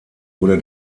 wurde